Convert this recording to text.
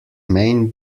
main